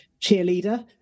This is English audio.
cheerleader